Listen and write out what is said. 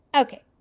Okay